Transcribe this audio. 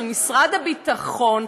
של משרד הביטחון,